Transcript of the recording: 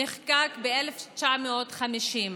נחקק ב-1950.